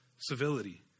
civility